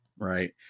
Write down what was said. Right